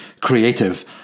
creative